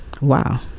Wow